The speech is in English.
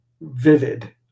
vivid